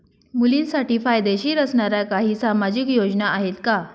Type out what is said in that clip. मुलींसाठी फायदेशीर असणाऱ्या काही सामाजिक योजना आहेत का?